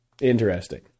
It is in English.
interesting